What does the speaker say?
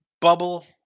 Bubble